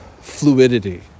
fluidity